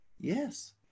Yes